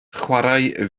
chwaraea